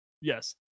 yes